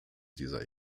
dieser